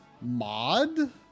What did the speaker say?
mod